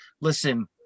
listen